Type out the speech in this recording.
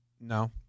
no